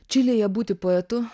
čilėje būti poetu